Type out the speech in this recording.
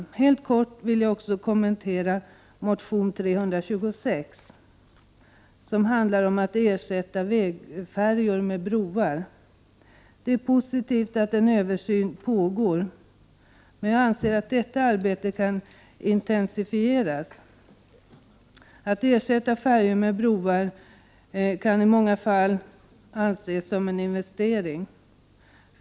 Jag vill också helt kort kommentera motion T326, som handlar om att ersätta vägfärjor med broar. Det är positivt att en översyn pågår, men jag anser att detta arbete kan intensifieras. Att ersätta färjor med broar kan i många fall anses som en investering.